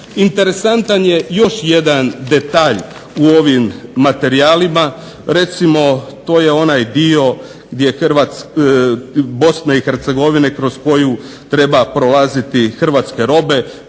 Interesantan je još jedan detalj u ovim materijalima, recimo to je onaj dio gdje BiH kroz koju treba prolaziti hrvatske robe,